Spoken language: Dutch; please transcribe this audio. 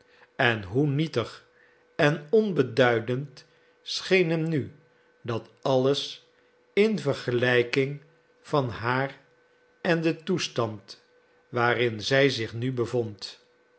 en hoe nietig en onbeduidend scheen hem nu dat alles in vergelijking van haar en den toestand waarin zij zich nu bevond